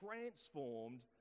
transformed